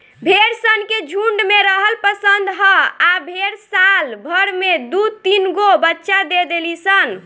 भेड़ सन के झुण्ड में रहल पसंद ह आ भेड़ साल भर में दु तीनगो बच्चा दे देली सन